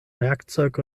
werkzeug